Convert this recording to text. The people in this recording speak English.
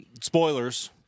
spoilers